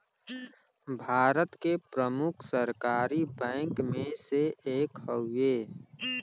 भारत के प्रमुख सरकारी बैंक मे से एक हउवे